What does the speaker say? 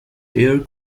year